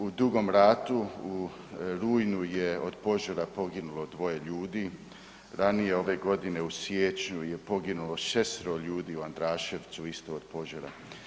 U Dugom Ratu u rujnu je od požara poginulo 2 ljudi, ranije ove godine u siječnju je poginulo 6-ero ljudi u Andraševcu, isto od požara.